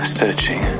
searching